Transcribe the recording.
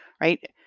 right